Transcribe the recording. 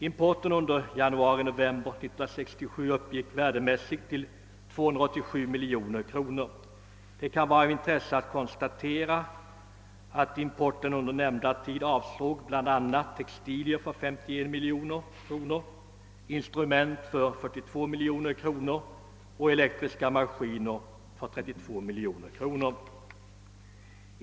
Importen under tiden januari—november 1967 uppgick värdemässigt till 287 miljoner kronor. Det kan vara av intresse att konstatera att importen under nämnda tid avsåg bl.a. textilier för 51 miljoner kronor, instrument för 42 miljoner kronor och elektriska maskiner för 32 miljoner kronor.